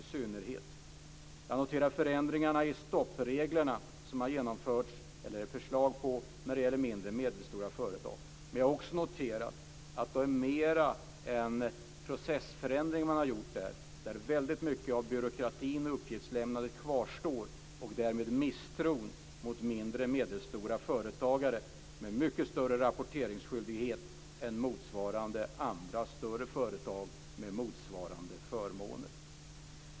Jag noterar förslagen till förändringar i stoppreglerna när det gäller mindre och medelstora företag. Men jag har också noterat att det mera handlar om en processförändring där väldigt mycket av byråkratin och uppgiftslämnandet kvarstår och därmed misstron mot mindre och medelstora företagare med mycket större rapporteringsskyldighet än motsvarande andra större företag med motsvarande förmåner.